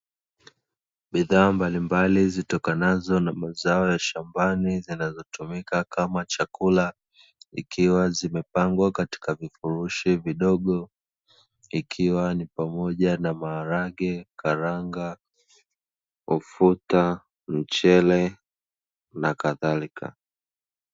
Bidhaa mbalimbali zitokanazo na mazao ya shambani zinazotumika kama chakula, ikiwa zimepangwa katika vifurushi vidogo, ikiwa ni pamoja na maharage, karanga, ufuta, mchele na kadhalika.